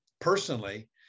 personally